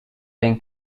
been